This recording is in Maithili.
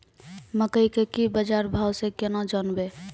मकई के की बाजार भाव से केना जानवे?